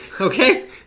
okay